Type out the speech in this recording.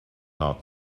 not